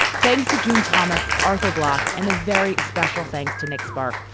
thanks to june thomas arthur block and a very special thanks to nick spark,